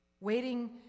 Waiting